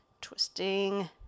twisting